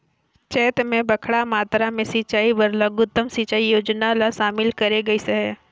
चैत मे बड़खा मातरा मे सिंचई बर लघुतम सिंचई योजना ल शामिल करे गइस हे